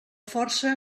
força